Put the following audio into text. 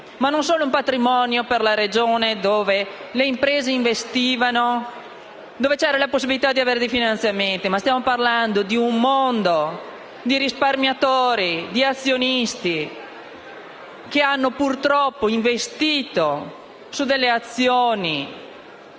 tracollo di un patrimonio per una Regione dove le imprese investivano e c'era la possibilità di avere finanziamenti. Stiamo parlando di un mondo di risparmiatori e azionisti che hanno purtroppo investito in azioni,